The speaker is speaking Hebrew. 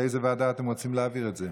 לאיזו ועדה אתם רוצים להעביר את זה?